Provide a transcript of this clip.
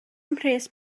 mhres